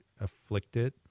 afflicted